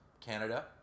Canada